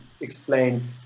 explain